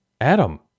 adam